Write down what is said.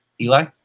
Eli